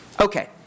Okay